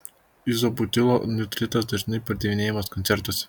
izobutilo nitritas dažnai pardavinėjamas koncertuose